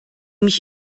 mich